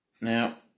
Now